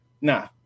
nah